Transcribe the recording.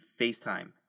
FaceTime